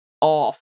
off